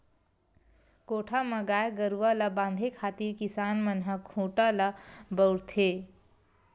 कोठा म गाय गरुवा ल बांधे खातिर किसान मन ह खूटा ल बउरथे